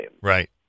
Right